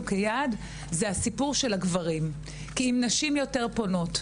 כיעד זה הסיפור של הגברים כי נשים יותר פונות,